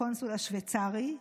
הקונסול השווייצרי,